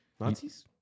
Nazis